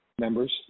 members